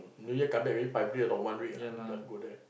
New Year come back already five days or one week ah just go there